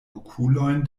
okulojn